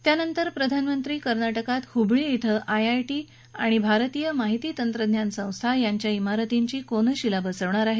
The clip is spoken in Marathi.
त्यानंतर प्रधानमंत्री कर्नाटकात हुबळी इथं आयआयटी आणि भारतीय माहिती तंत्रज्ञान संस्था यांच्या इमारतींची कोनशिला बसवणार आहेत